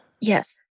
Yes